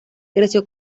creció